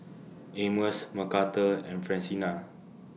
Amos Mcarthur and Francina